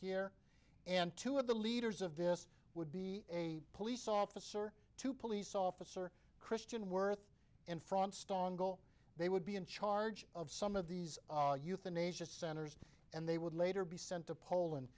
here and two of the leaders of this would be a police officer to police officer christian worth in front strong they would be in charge of some of these euthanasia centers and they would later be sent to poland